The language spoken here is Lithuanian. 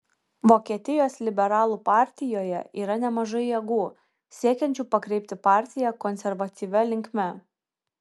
vokietijos liberalų partijoje yra nemažai jėgų siekiančių pakreipti partiją konservatyvia linkme